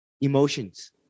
emotions